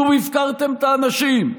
שוב הפקרתם את האנשים?